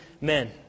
men